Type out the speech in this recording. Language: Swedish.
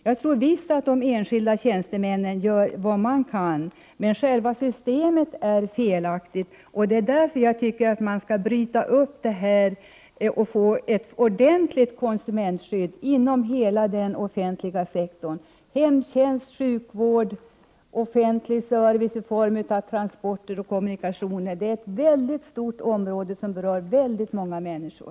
Jag tror visst att de enskilda tjänstemännen gör vad de kan. Men själva systemet är felaktigt, och det är därför jag tycker att man skall bryta upp det och få ett ordentligt konsumentskydd inom hela den offentliga sektorn — hemtjänst, sjukvård, offentlig service i form av transporter och kommunikationer. Det är ett mycket stort område, som berör väldigt många människor.